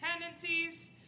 tendencies